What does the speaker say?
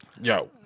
Yo